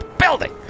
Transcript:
building